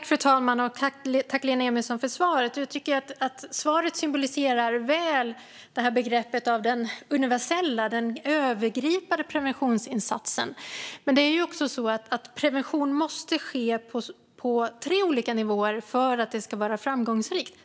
Fru talman! Tack, Lena Emilsson, för svaret! Jag tycker att svaret väl symboliserar begreppet om den universella, övergripande preventionsinsatsen. Men prevention måste ske på tre olika nivåer för att vara framgångsrik.